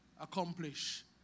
accomplish